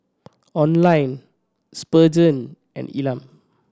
Oline Spurgeon and Elam